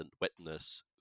witness